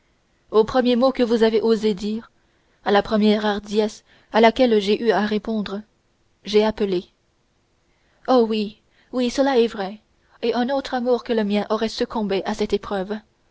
au premier mot que vous avez osé dire à la première hardiesse à laquelle j'ai eu à répondre j'ai appelé oh oui oui cela est vrai et un autre amour que le mien aurait succombé à cette épreuve